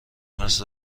مثل